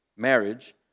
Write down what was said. marriage